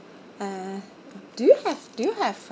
uh do you have do you have uh